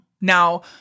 Now